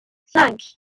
cinq